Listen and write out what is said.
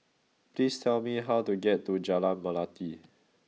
please tell me how to get to Jalan Melati